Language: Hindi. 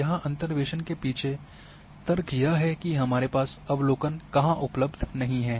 यहाँ अंतर्वेसन के पीछे तर्क यह है कि हमारे पास अवलोकन कहाँ उपलब्ध नहीं है